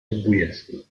zbójecku